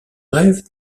rêve